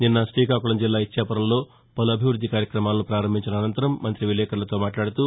నిన్న తీకాకుళం జిల్లా ఇచ్చాపురంలో పలు అభివృద్ది కార్యక్రమాలను ప్రారంభించిన అనంతరం మంత్రి విలేకర్లతో మాట్లాడుతూ